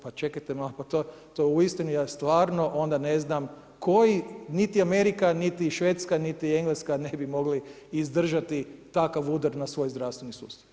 Pa čekajte malo, to uistinu, ja stvarno onda ne znam koji, niti Amerika, niti Švedska, ni Engleska ne bi mogli izdržati takav udar na svoj zdravstveni sustav.